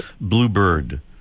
Bluebird